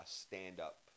stand-up